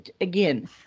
again